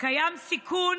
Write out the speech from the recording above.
קיים סיכון